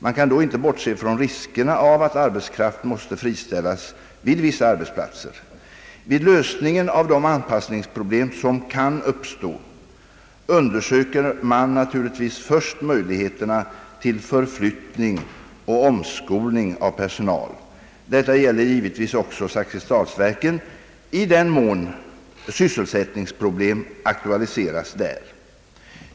Man kan då inte bortse från riskerna av att arbetskraft måste friställas vid vissa arbetsplatser. Vid lösningen av de anpassningsproblem som kan uppstå undersöker man naturligtvis först möjligheterna till förflyttning och omskolning av personal. Detta gäller givetvis också Zakrisdalsverken i den mån sysselsättningsproblem aktualiseras där.